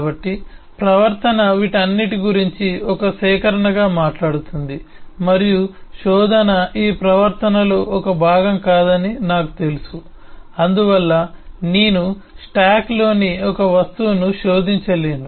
కాబట్టి ప్రవర్తన వీటన్నిటి గురించి ఒక సేకరణగా మాట్లాడుతుంది మరియు శోధన ఈ ప్రవర్తనలో ఒక భాగం కాదని నాకు తెలుసు అందువల్ల నేను స్టాక్లోని ఒక వస్తువును శోధించలేను